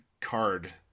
card